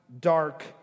dark